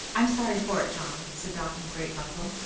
i am sorry for it, john, said dot in a great bustle,